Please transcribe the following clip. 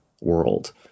world